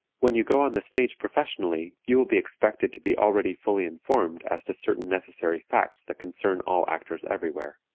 when you go on the stage professionally you will be expected to be already fully informed as to certain necessary facts that concern all actors everywhere.